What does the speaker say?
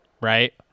right